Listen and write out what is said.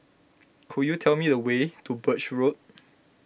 could you tell me the way to Birch Road